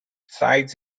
sides